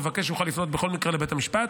המבקש יוכל לפנות בכל מקרה לבית המשפט.